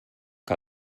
que